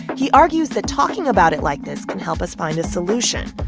he argues that talking about it like this can help us find a solution.